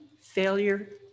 failure